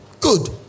Good